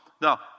Now